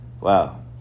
Wow